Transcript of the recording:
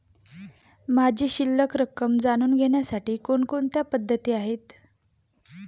माझी शिल्लक रक्कम जाणून घेण्यासाठी कोणकोणत्या पद्धती आहेत?